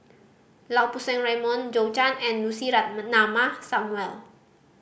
Lau Poo Seng Raymond Zhou Can and Lucy Samuel